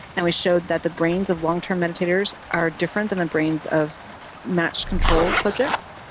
and we showed that the brains of long-term meditators are different than the brains of matched control subjects,